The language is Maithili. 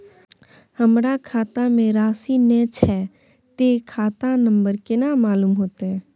हमरा खाता में राशि ने छै ते खाता नंबर केना मालूम होते?